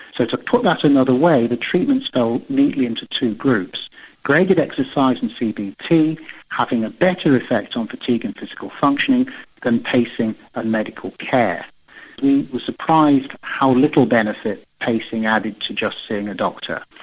so to put that another way, the treatments fell neatly into two groups graded exercise and cbt having a better effect on fatigue and physical functioning than pacing and medical care. we were surprised how little benefit pacing added to just seeing a doctor.